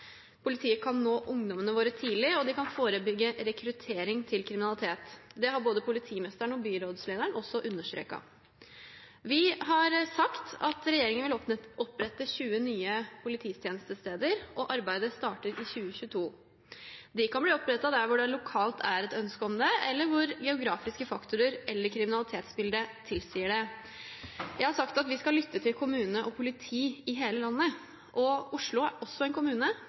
Politiet kan nå ungdommene våre tidlig, og de kan forebygge rekruttering til kriminalitet. Det har både politimesteren og byrådslederen også understreket. Vi har sagt at regjeringen vil opprette 20 nye polititjenestesteder, og arbeidet starter i 2022. De kan bli opprettet der det lokalt er ønske om det, eller der geografiske faktorer eller kriminalitetsbildet tilsier det. Jeg har sagt at vi skal lytte til kommuner og politi i hele landet. Oslo er også en kommune.